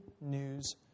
news